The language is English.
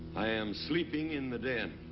i am sleeping in the den.